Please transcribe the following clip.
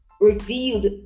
revealed